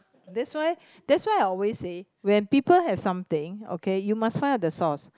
that's why that's why I always say when people have something okay you must find out the source